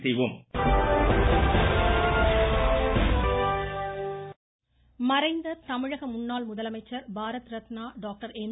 எம்ஜிஆர் மறைந்த தமிழக முன்னாள் முதலமைச்சர் பாரத ரத்னா டாக்டர் எம்